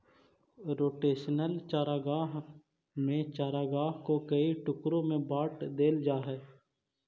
rotational चारागाह में चारागाह को कई टुकड़ों में बांट देल जा हई